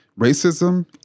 racism